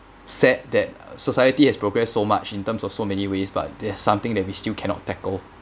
sad that society has progressed so much in terms of so many ways but there's something that we still cannot tackle